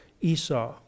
Esau